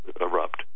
erupt